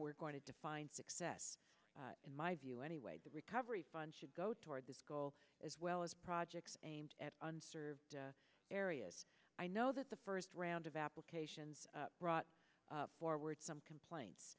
we're going to define success in my view anyway the recovery fund should go toward this goal as well as projects aimed at unserved areas i know that the first round of applications brought forward some complaints